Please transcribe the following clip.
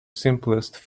simplest